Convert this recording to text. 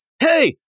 Hey